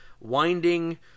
winding